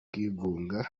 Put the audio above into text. kwigunga